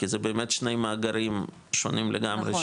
כי זה באמת שני מאגרים שונים לגמרי,